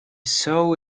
saw